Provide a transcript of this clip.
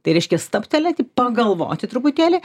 tai reiškia stabtelėti pagalvoti truputėlį